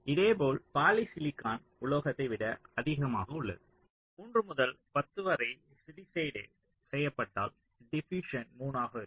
இதேபோல் பாலிசிலிகான் உலோகத்தை விட அதிகமாக உள்ளது 3 முதல் 10 வரை சிலிசைடேடு செய்யப்பட்டால் டிபியுஸ்சன் 3 ஆக இருக்கும்